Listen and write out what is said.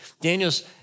Daniel's